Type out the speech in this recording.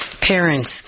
parents